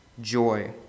joy